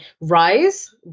rise